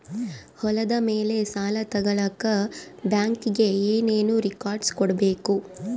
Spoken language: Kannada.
ಹೊಲದ ಮೇಲೆ ಸಾಲ ತಗಳಕ ಬ್ಯಾಂಕಿಗೆ ಏನು ಏನು ರೆಕಾರ್ಡ್ಸ್ ಕೊಡಬೇಕು?